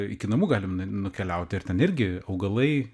iki namų galim n nukeliauti ir ten irgi augalai